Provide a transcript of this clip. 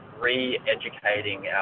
re-educating